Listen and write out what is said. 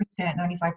95%